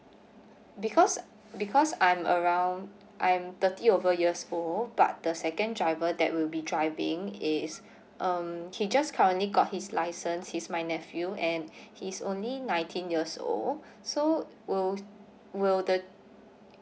because because I'm around I'm thirty over years old but the second driver that will be driving is um he just currently got his license he's my nephew and he's only nineteen years old so will the